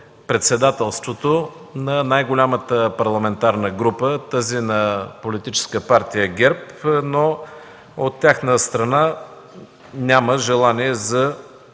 председателството да бъде на най-голямата парламентарна група – на Политическа партия ГЕРБ, но от тяхна страна няма желание за